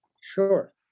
Sure